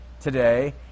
today